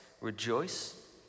rejoice